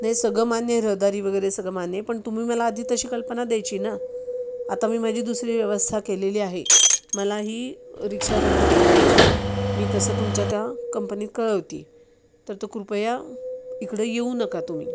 नाही सगळं मान्य आहे रहदारी वगैरे सगळं मान्य आहे पण तुम्ही मला आधी तशी कल्पना द्यायची ना आता मी माझी दुसरी व्यवस्था केलेली आहे मला ही रिक्षा रद्द करायची आहे मी तसं तुमच्या त्या कंपनीत कळवते आहे तर तर कृपया इकडं येऊ नका तुम्ही